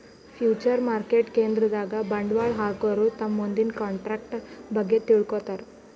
future market ಕೇಂದ್ರದಾಗ್ ಬಂಡವಾಳ್ ಹಾಕೋರು ತಮ್ ಮುಂದಿನ ಕಂಟ್ರಾಕ್ಟರ್ ಬಗ್ಗೆ ತಿಳ್ಕೋತಾರ್